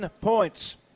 points